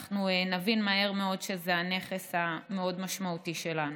נבין מהר מאוד שזה נכס מאוד משמעותי שלנו.